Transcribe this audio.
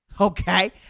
Okay